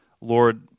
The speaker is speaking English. Lord